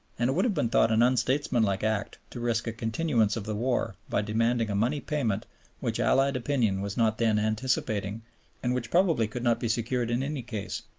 and it would have been thought an unstatesmanlike act to risk a continuance of the war by demanding a money payment which allied opinion was not then anticipating and which probably could not be secured in any case.